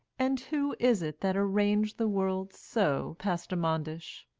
and who is it that arranged the world so, pastor manders?